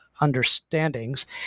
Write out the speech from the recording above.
understandings